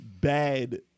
bad